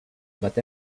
but